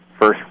first